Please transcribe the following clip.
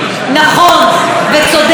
נכון וצודק.